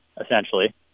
essentially